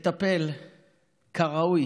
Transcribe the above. לטפל כראוי